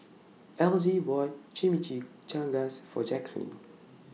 Elgie bought Chimichangas For Jacklyn